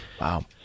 Wow